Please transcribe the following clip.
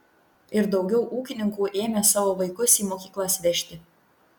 ir daugiau ūkininkų ėmė savo vaikus į mokyklas vežti